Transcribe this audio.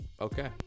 Okay